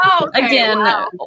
Again